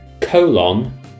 colon